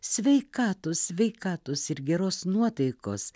sveikatos sveikatos ir geros nuotaikos